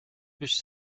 биш